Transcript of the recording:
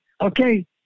Okay